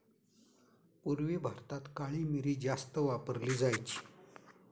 पूर्वी भारतात काळी मिरी जास्त वापरली जायची